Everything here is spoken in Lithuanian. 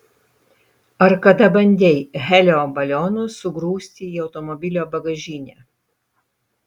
ar kada bandei helio balionus sugrūsti į automobilio bagažinę